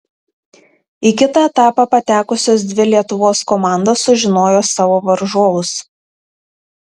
į kitą etapą patekusios dvi lietuvos komandos sužinojo savo varžovus